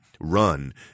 run